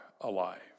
alive